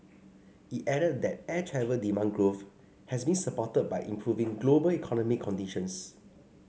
it added that air travel demand growth has been supported by improving global economic conditions